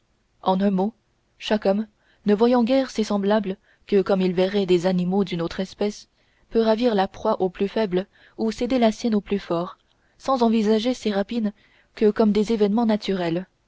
en un mot chaque homme ne voyant guère ses semblables que comme il verrait des animaux d'une autre espèce peut ravir la proie au plus faible ou céder la sienne au plus fort sans envisager ces rapines que comme des événements naturels